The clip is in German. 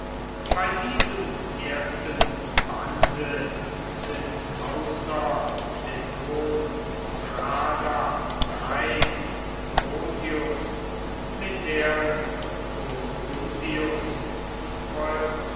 bei diesem ersten bande sind außer de thon strada reyd